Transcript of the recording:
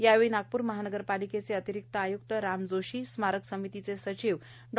यावेळी नागप्र महापालिकेचे अतिरिक्त आयुक्त राम जोशी स्मारक समितीचे सचिव डॉ